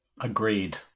Agreed